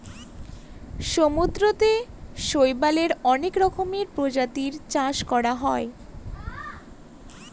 সমুদ্রতে শৈবালের অনেক রকমের প্রজাতির চাষ করা হয়